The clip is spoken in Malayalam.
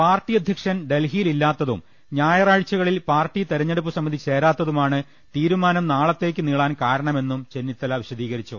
പാർട്ടി അധ്യക്ഷൻ ഡൽഹിയിൽ ഇല്ലാ ത്തതും ഞായറാഴ്ചകളിൽ പാർട്ടി തെരഞ്ഞെടുപ്പ് സമിതി ചേരാ ത്തതുമാണ് തീരുമാനം നാളത്തേക്ക് നീളാൻ കാരണമെന്നും ചെന്നി ത്തല വിശദീകരിച്ചു